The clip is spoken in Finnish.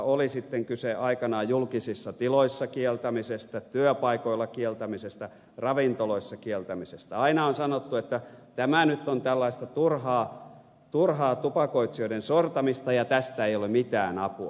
oli sitten kyse aikanaan julkisissa tiloissa kieltämisestä työpaikoilla kieltämisestä ravintoloissa kieltämisestä aina on sanottu että tämä nyt on tällaista turhaa tupakoitsijoiden sortamista ja tästä ei ole mitään apua